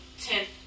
tenth